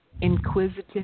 inquisitive